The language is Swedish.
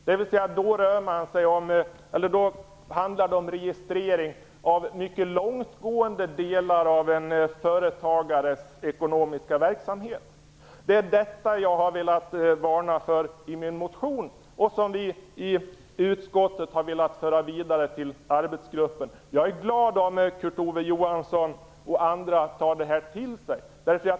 Då handlar det om en registrering av mycket långtgående delar av en företagares ekonomiska verksamhet. Det är detta som jag har velat varna för i min motion och som vi i utskottet har velat föra vidare till arbetsgruppen. Jag vore glad om Kurt Ove Johansson och andra tog till sig detta.